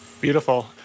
beautiful